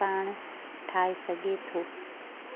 पाण ठाहे सघे थो